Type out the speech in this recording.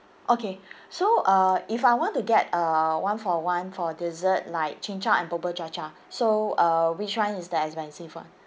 okay so uh if I want to get uh one for one for dessert like chin chow and bubur cha cha so uh which one is the expensive one